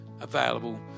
available